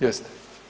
Jeste.